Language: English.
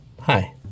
Hi